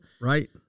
Right